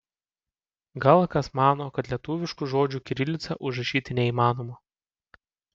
gal kas mano kad lietuviškų žodžių kirilica užrašyti neįmanoma